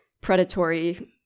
predatory